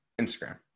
Instagram